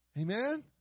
Amen